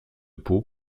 peau